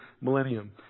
millennium